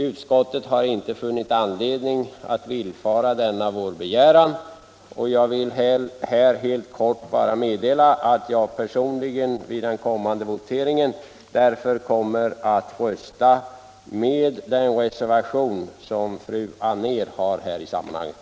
Utskottet har inte funnit anledning att villfara denna vår begäran, och jag vill här helt kort meddela att jag i den kommande voteringen därför avser att rösta för den reservation som fru Anér har avgivit.